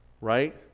right